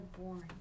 boring